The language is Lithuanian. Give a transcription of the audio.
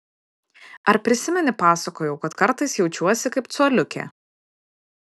ar prisimeni pasakojau kad kartais jaučiuosi kaip coliukė